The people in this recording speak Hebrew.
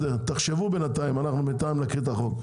תחשבו, ובינתיים נקריא את החוק.